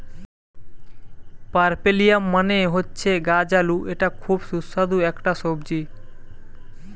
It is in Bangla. পার্পেলিয়াম মানে হচ্ছে গাছ আলু এটা খুব সুস্বাদু একটা সবজি